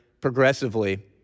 progressively